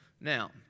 now